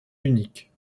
unique